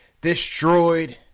destroyed